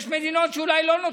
יש מדינות שבהן אולי לא נותנים,